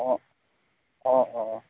অঁ অঁ অঁ